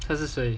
他是谁